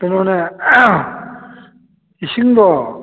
ꯀꯩꯅꯣꯅꯦ ꯏꯁꯤꯡꯗꯣ